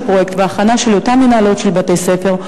הפרויקט והכנה של אותן מנהלות של בתי-ספר,